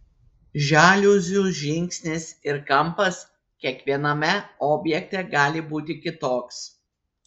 žaliuzių žingsnis ir kampas kiekviename objekte gali būti kitoks